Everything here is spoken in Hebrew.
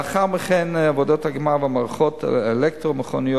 לאחר מכן, עבודות הגמר במערכות אלקטרו-מכניות.